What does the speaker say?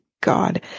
God